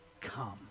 come